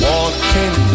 Walking